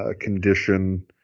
condition